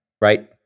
right